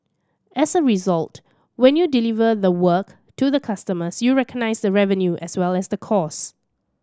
as a result when you deliver the work to the customers you recognise the revenue as well as the cost